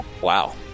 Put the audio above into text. wow